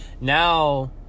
now